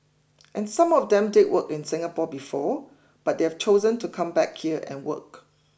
and some of them did work in Singapore before but they've chosen to come back here and work